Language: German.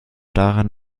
daran